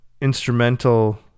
instrumental